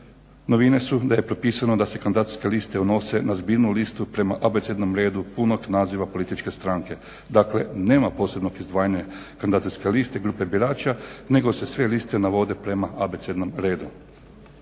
Novine su da je propisano da se kandidacijske liste unose u zbirnu listu prema abecednom redu punog naziva političke stranke. Dakle, nema posebnog izdvajanja kandidacijske liste grupe birača nego se sve liste navode prema abecednom redu.